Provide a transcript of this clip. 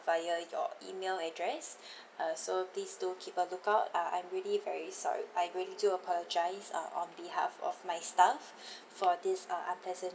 via your email address uh so please do keep a lookout ah I'm really very sorry I really do apologise ah on behalf of my staff for this uh unpleasant